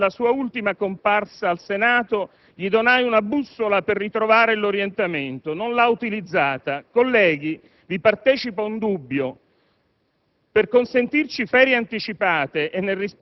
Parlamento). Prodi è allo sbando: nella sua ultima comparsa al Senato gli donai una bussola, solo per ritrovare l'orientamento; non l'ha utilizzata. Colleghi, vi partecipo un dubbio: